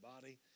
body